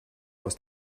aus